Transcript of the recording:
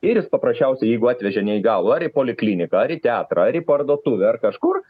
ir jis paprasčiausiai jeigu atvežė neįgalų ar į polikliniką ar į teatrą ar į parduotuvę ar kažkur